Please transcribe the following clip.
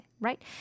right